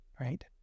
right